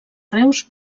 reus